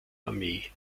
armee